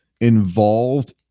involved